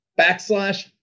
backslash